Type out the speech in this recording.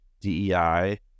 DEI